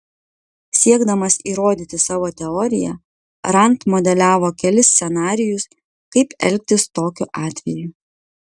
siekdamas įrodyti savo teoriją rand modeliavo kelis scenarijus kaip elgtis tokiu atveju